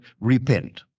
repent